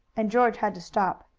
and george had to stop.